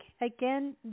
again